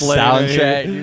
soundtrack